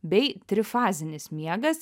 bei trifazinis miegas